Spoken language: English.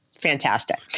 fantastic